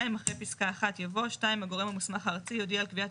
2. אחרי פסקה 1 יבוא (2) הגורם המוסמך הארצי יודיע על קביעת